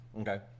Okay